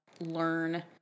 learn